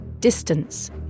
Distance